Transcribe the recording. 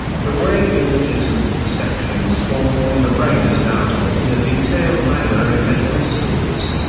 the way images and perceptions form in the brain is now taught in a detailed manner in medical schools.